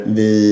vi